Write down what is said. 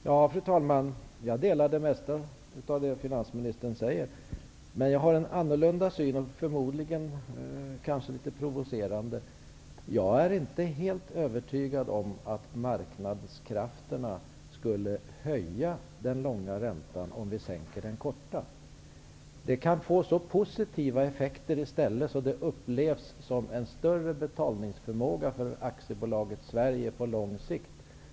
Fru talman! Jag håller med om det mesta av det som finansministern säger. Men jag har en annorlunda och förmodligen litet provocerande syn på situationen. Jag är inte helt övertygad om att marknadskrafterna skulle höja den långa räntan om vi sänker den korta. Det kan i stället få så positiva effekter att det upplevs som en större betalningsförmåga för aktiebolaget Sverige på lång sikt.